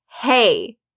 hey